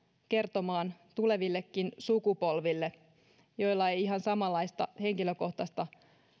kertomaan tulevillekin sukupolville joiden ei tosiaankaan ole enää mahdollista ihan samanlaista henkilökohtaista